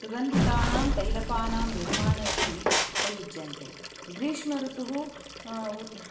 सुगन्धितानां तैलपानां निर्माणे अपि उपयुज्यन्ते ग्रीष्मऋतुः उद्